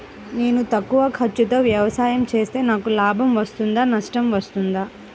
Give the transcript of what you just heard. నేను తక్కువ ఖర్చుతో వ్యవసాయం చేస్తే నాకు లాభం వస్తుందా నష్టం వస్తుందా?